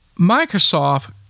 Microsoft